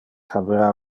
habera